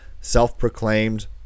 self-proclaimed